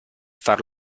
far